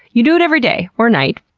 you do it every day, or night,